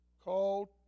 called